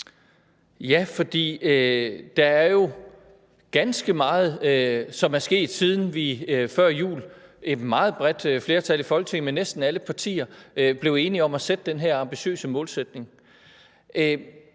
Ja, for der er jo sket ganske meget, siden vi før jul blev enige om – et meget bredt flertal i Folketinget med næsten alle partier – at sætte den her ambitiøse målsætning.